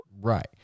Right